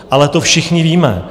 Ale to všichni víme.